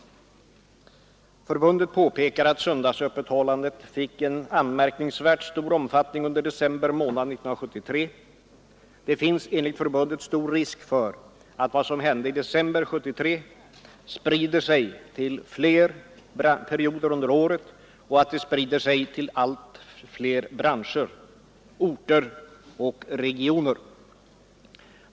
Förbundet påpekar att söndagsöppethållandet fick en anmärkningsvärt stor omfattning under december månad 1973. Det finns enligt förbundet stor risk för att vad som hände i december 1973 sprider sig till fler perioder under året och att det sprider sig till fler branscher, orter och regioner.